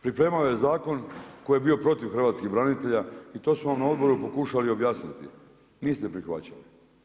Pripremao je zakon koji je bio protiv hrvatskih branitelja i to smo vam na odboru pokušali objasniti, niste prihvaćali.